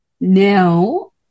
now